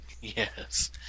Yes